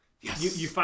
Yes